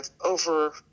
over